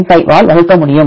95 ஆல் வகுக்க முடியும்